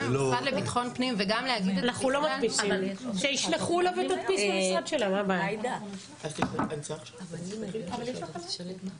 גם עם המשרד לביטחון פנים וגם להגיד את זה כאן